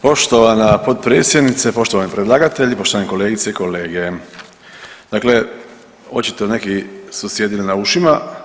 Poštovana potpredsjednice, poštovani predlagatelji, poštovane kolegice i kolege, dakle, očito neki su sjedili na ušima.